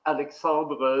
Alexandre